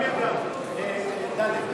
ג', ד' ד'.